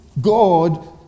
God